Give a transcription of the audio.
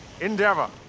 endeavor